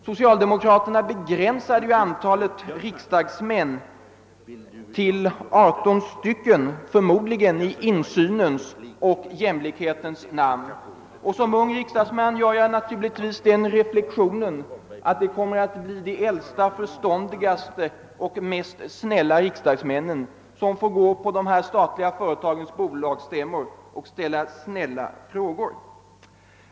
Socialdemokraterna begränsade antalet riksdagsmän till 18, förmodligen i insynens och jämlikhetens namn. Som ung riksdagsman gör jag naturligtvis den reflexionen, att det kommer att bli de äldsta och snällaste riksdagsmännen som får gå på dessa bolagsstämmor och ställa frågor.